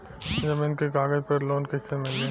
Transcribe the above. जमीन के कागज पर लोन कइसे मिली?